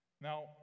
Now